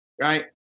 right